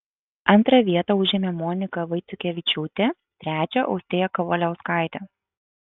antrą vietą užėmė monika vaiciukevičiūtė trečią austėja kavaliauskaitė